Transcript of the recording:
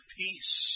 peace